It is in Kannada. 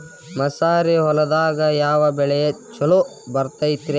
ಮಸಾರಿ ಹೊಲದಾಗ ಯಾವ ಬೆಳಿ ಛಲೋ ಬರತೈತ್ರೇ?